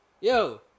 Yo